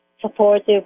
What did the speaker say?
supportive